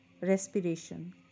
Respiration